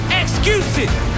excuses